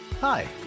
Hi